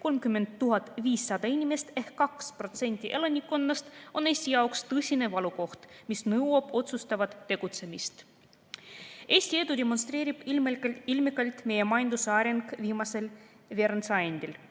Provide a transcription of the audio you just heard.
30 500 inimest ehk 2% elanikkonnast, on Eesti jaoks tõsine valukoht, mis nõuab otsustavat tegutsemist. Eesti edu demonstreerib ilmekalt meie majanduse areng viimasel veerandsajandil.